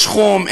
יש חום,